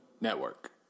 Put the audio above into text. network